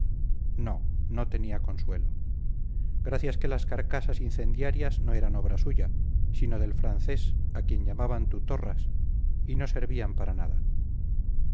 no no tenía consuelo gracias que las carcasas incendiarias no eran obra suya sino del francés a quien llamaban tutorras y no servían para nada